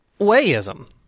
wayism